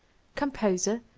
composer,